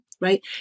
right